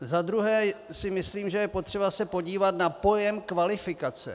Za druhé si myslím, že je potřeba se podívat na pojem kvalifikace.